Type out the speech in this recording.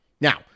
Now